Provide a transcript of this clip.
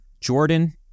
Jordan